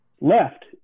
left